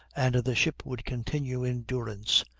and the ship would continue in durance,